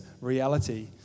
reality